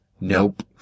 Nope